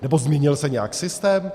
Nebo změnil se nějak systém?